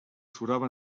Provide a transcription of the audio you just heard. surava